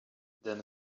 then